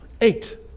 eight